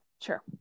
Sure